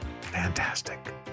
Fantastic